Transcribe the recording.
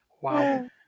Wow